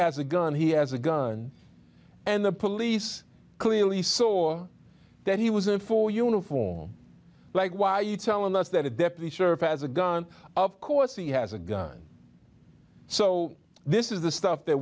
has a gun he has a gun and the police clearly saw that he was in for uniform like why are you telling us that a deputy sheriff has a gun of course he has a gun so this is the stuff that